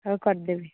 ହେଉ କରିଦେବି